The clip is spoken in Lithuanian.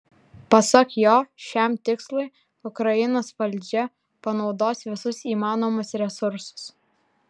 pasak jo šiam tikslui ukrainos valdžia panaudos visus įmanomus resursus